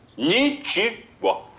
nice chick,